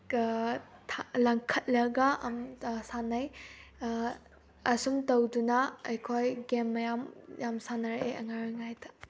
ꯂꯪꯈꯠꯂꯒ ꯁꯥꯟꯅꯩ ꯑꯁꯨꯝ ꯇꯧꯗꯨꯅ ꯑꯩꯈꯣꯏ ꯒꯦꯝ ꯃꯌꯥꯝ ꯌꯥꯝ ꯁꯥꯟꯅꯔꯛꯑꯦ ꯑꯉꯥꯡ ꯑꯣꯏꯔꯤꯉꯩꯗ